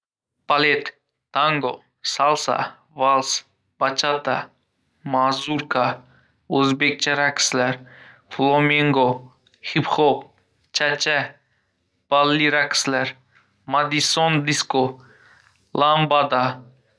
Balet, tango, salsa, vals, bachata, mazurka, o‘zbekcha raqslar, flamenco, hip-hop, cha-cha, balli raqslar, madisson, disko, lambada.